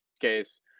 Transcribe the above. case